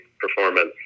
performance